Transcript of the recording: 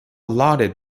lauded